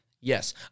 Yes